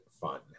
fun